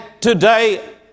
today